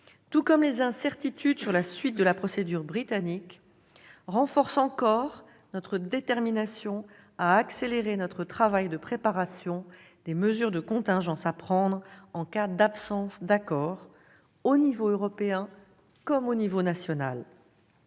tout comme les incertitudes sur la suite de la procédure britannique, renforcent encore notre détermination à accélérer notre travail de préparation des mesures de contingence à prendre en cas d'absence d'accord, à l'échelon européen comme national.